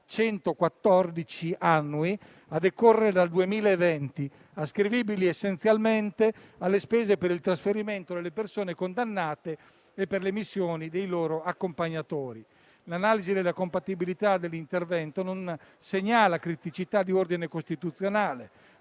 5.114 annui a decorrere dal 2020, ascrivibili essenzialmente alle spese per il trasferimento delle persone condannate e per le missioni dei loro accompagnatori. L'analisi della compatibilità dell'intervento non segnala criticità di ordine costituzionale